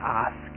ask